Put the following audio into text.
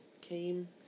came